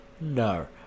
No